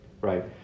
right